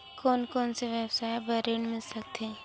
कोन कोन से व्यवसाय बर ऋण मिल सकथे?